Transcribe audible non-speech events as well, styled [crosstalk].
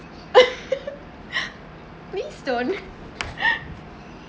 [laughs] please don't